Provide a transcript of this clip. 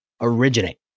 originate